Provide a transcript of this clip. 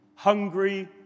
hungry